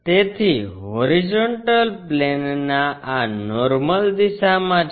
તેથી horizontal plane આ normal દિશામાં છે